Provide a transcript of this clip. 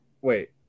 Wait